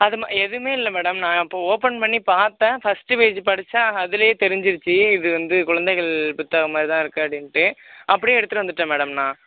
அது எதுவுமே இல்லை மேடம் நான் இப்போ ஓப்பன் பண்ணி பார்த்தேன் ஃபர்ஸ்ட் பேஜ் படிச்சேன் அதுலையே தெரிஞ்சிடிச்சு இது வந்து குழந்தைகள் புத்தகமாகதான் இருக்கு அப்படின்ட்டு அப்படியே எடுத்துகிட்டு வந்துவிட்டேன் மேடம் நான்